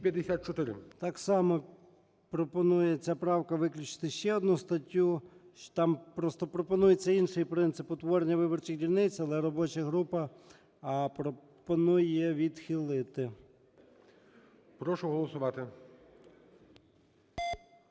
Так само пропонується правкою виключити ще одну статтю. Там просто пропонується інший принцип утворення виборчих дільниць. Але робоча група пропонує відхилити. ГОЛОВУЮЧИЙ. Прошу голосувати.